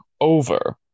over